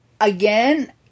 Again